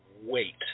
wait